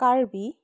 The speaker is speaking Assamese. কাৰ্বি